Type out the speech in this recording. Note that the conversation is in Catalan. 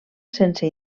sense